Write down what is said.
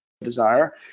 desire